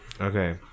Okay